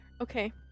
Okay